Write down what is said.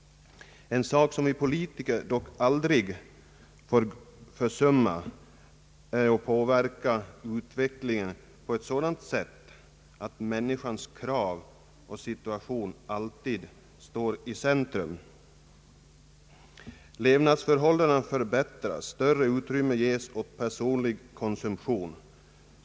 En sak som vi politiker dock aldrig får försumma är att påverka utvecklingen på sådant sätt att människans krav och situation alltid står i centrum. Levnadsförhållandena förbättras, större utrymme ges åt personlig konsumtion.